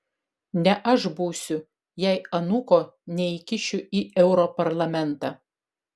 ne aš būsiu jei anūko neįkišiu į europarlamentą